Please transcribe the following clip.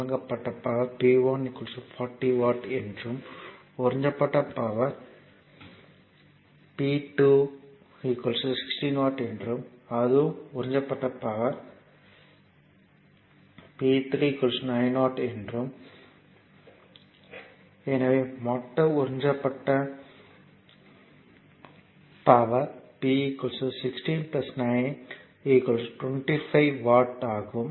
வழங்கப்பட்ட power P1 40 watt என்றும் உறிஞ்சப்படும் பவர் P2 2 8 16 வாட் என்றும் உறிஞ்சப்படும் பவர் P3 9 வாட் என்றும் எனவே மொத்த உறிஞ்சப்படும் பவர் P 16 9 25 வாட் ஆகும்